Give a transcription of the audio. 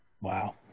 Wow